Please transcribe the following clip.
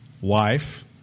wife